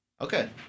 Okay